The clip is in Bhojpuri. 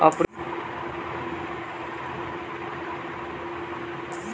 ऑपरेशनल रिस्क के अंतरगत कानूनी जोखिम नुकसान के कारन हो जाला